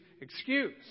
excuse